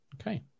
okay